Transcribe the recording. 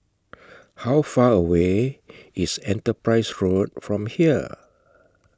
How Far away IS Enterprise Road from here